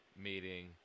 meeting